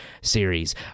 series